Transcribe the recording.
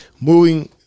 moving